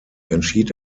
entschied